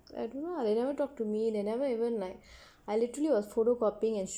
I don't know lah they never talk to me they never even like I literally was photocopying and